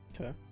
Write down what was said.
Okay